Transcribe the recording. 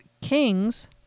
kings